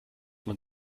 man